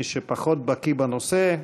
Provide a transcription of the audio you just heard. למי שפחות בקי בנושא,